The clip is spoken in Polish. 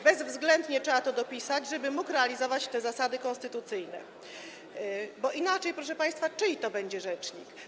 Bezwzględnie trzeba to dopisać, żeby mógł realizować te zasady konstytucyjne, bo inaczej, proszę państwa, czyj to będzie rzecznik?